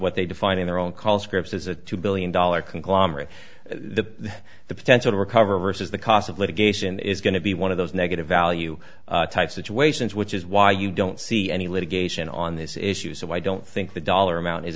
what they define in their own call scripts is a two billion dollar conglomerate the the potential to recover versus the cost of litigation is going to be one of those negative value type situations which is why you don't see any litigation on this issue so i don't think the dollar amount is